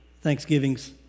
Thanksgivings